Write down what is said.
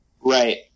Right